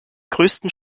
größten